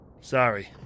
Sorry